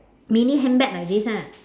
mini handbag like this ah